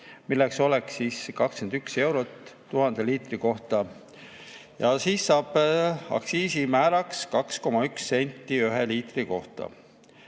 mis oleks 21 eurot 1000 liitri kohta. Siis saab aktsiisimääraks 2,1 senti liitri kohta.